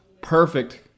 perfect